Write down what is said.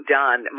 done